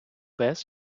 пес